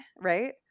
right